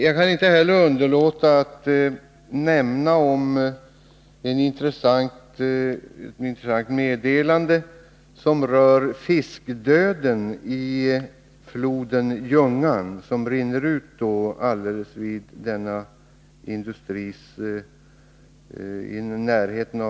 Jag kan inte heller underlåta att nämna om ett intressant meddelande, som rör fiskdöden i floden Ljungan, vilken rinner ut i närheten av denna industri.